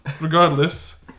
regardless